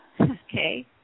Okay